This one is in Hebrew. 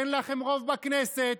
אין לכם רוב בכנסת.